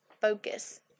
focus